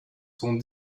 sont